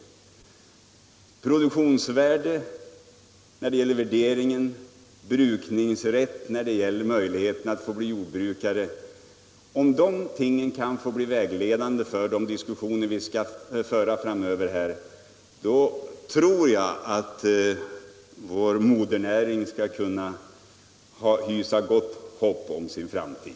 Produktionsvärde när det gäller värderingen, brukningsrätt när det gäller möjligheten att utöva näringen — om dessa mål kan bli vägledande för de diskussioner vi skall föra framöver, så tror jag att vår modernäring skall kunna hysa gott hopp om sin framtid.